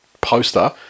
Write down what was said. poster